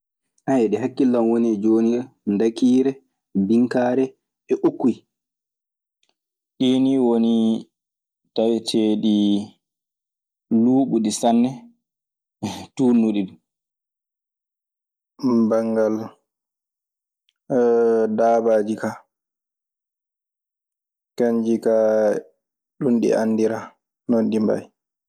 ɗii hakkille an woni e jooni ka: ndakiire, binkaare e ukkuy. Ɗii nii woni taweteeɗi luuɓuɗe sanne, tuunnuɗe ɗii Banngal daabaaji kaa. Kanji kaa ɗun ɗi andiraa. Non ɗi mbayi.